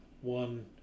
one